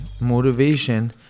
motivation